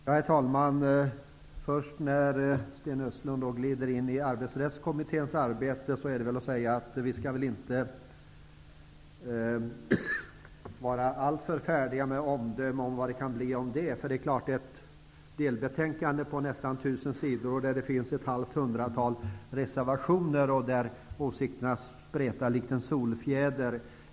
Herr talman! Sten Östlund glider in på Arbetsrättskommitténs arbete, men det är alltför tidigt att avge ett omdöme om det -- ett delbetänkande på nästan 1 000 sidor, med ett halvt hundratal reservationer, där åsikterna spretar likt en solfjäder.